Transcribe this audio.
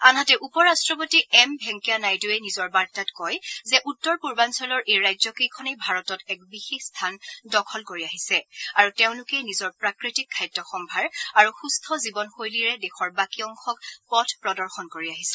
আনহাতে উপ ৰাট্টপতি এম ভেংকায়া নাইডুৱে নিজৰ বাৰ্তাত কয় যে উত্তৰ পূৰ্বাঞ্চলৰ এই ৰাজ্যকেইখনে ভাৰতত এক বিশেষ স্থান দখল কৰি আহিছে আৰু তেওঁলোকে নিজৰ প্ৰাকৃতিক খাদ্য সম্ভাৰ আৰু সৃষ্ঠ জীৱন শৈলীৰে দেশৰ বাকী অংশক পথ প্ৰদৰ্শন কৰি আহিছে